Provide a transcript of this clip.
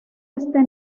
este